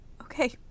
Okay